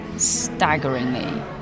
Staggeringly